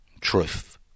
truth